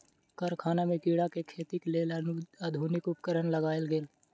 कारखाना में कीड़ा के खेतीक लेल आधुनिक उपकरण लगायल गेल